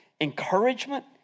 encouragement